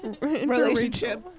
relationship